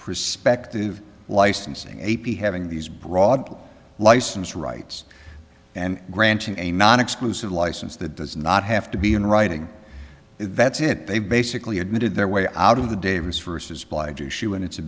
prospective licensing a p having these broad license rights and granting a non exclusive license that does not have to be in writing that's it they basically admitted their way out of the davis vs blige issue and it's a